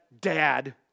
Dad